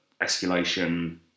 escalation